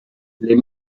les